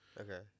okay